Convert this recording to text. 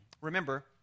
Remember